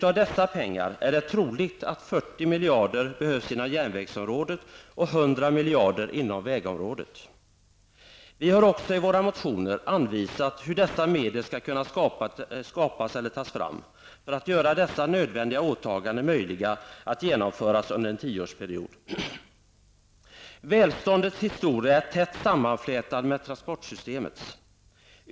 Av dessa pengar är det troligt att 40 miljarder behövs inom järnvägsområdet och 100 Vi har också i våra motioner anvisat hur dessa medel skall kunna skapas eller tas fram för att göra dessa nödvändiga åtaganden möjliga att genomföra under en tioårsperiod. Välståndets historia är tätt sammanflätad med transportsystemens.